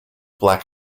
black